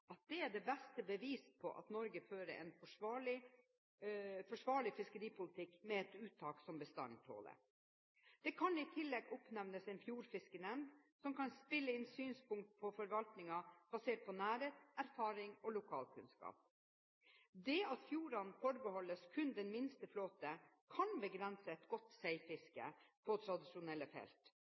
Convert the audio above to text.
at det er det beste beviset på at Norge fører en forsvarlig fiskeripolitikk, med et uttak som bestanden tåler. Det kan i tillegg oppnevnes en fjordfiskenemnd som kan spille inn synspunkt på forvaltningen, basert på nærhet, erfaring og lokal kunnskap. Det at fjordene forbeholdes kun den minste flåte, kan begrense et godt seifiske på tradisjonelle felt.